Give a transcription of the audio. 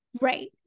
Right